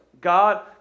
God